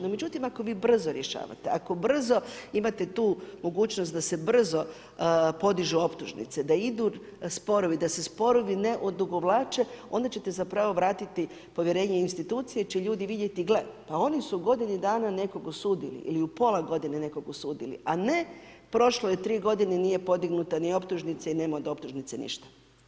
No, međutim, ako vi brzo rješavate, ako brzo imate tu mogućnost, da se brzo podižu optužnice, da idu sporovi, da se sporovi ne odugovlače, onda ćete zapravo vratiti povjerenje u institucije, jer će ljudi vidjeti, gle, pa oni su u godini dana nekoga osudili ili u pola godine nekoga osudili, a ne, prošlo je 3 g. nije podignuta ni optužnica i nema od optužnice ništa.